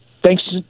Thanks